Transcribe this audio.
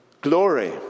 glory